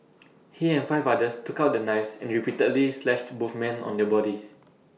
he and five others took out their knives and repeatedly slashed both men on their bodies